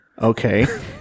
okay